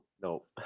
Nope